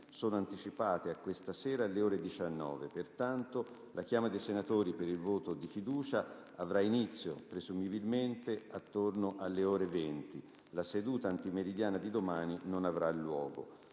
sono anticipate a questa sera, alle ore 19. Pertanto, la chiama dei senatori per il voto di fiducia avrà inizio, presumibilmente, intorno alle ore 20. La seduta antimeridiana di domani non avrà luogo.